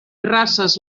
races